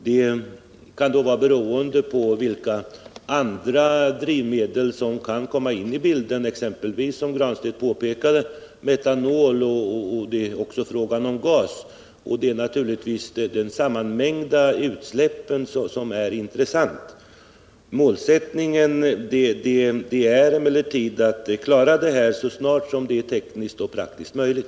Det kan vara beroende på vilka andra drivmedel som kan komma in i bilden — exempelvis, som Pär Granstedt påpekar, metanol och gas. Det är givetvis den sammanlagda mängden utsläpp som är intressant. Målsättningen är emellertid att klara det hela så snart det är tekniskt och praktiskt möjligt.